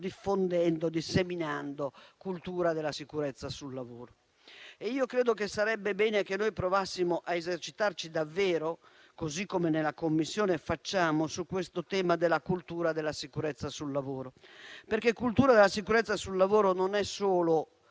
diffondendo e disseminando cultura della sicurezza sul lavoro. Credo sarebbe bene se provassimo a esercitarci davvero, così come facciamo in Commissione, sul tema della cultura della sicurezza sul lavoro. Cultura della sicurezza sul lavoro non è solo